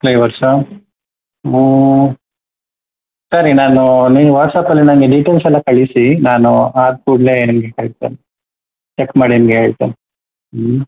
ಫ್ಲೆವರ್ಸಾ ಸರಿ ನಾನು ನೀವು ವಾಟ್ಸ್ಆ್ಯಪಲ್ಲಿ ನನಗೆ ಡಿಟೈಲ್ಸ್ ಎಲ್ಲ ಕಳಿಸಿ ನಾನು ಆದ ಕೂಡಲೆ ನಿಮಗೆ ಕಳಿಸ್ತೇನೆ ಚೆಕ್ ಮಾಡಿ ನಿಮಗೆ ಹೇಳ್ತೆನೆ ಹ್ಞೂ